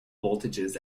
voltages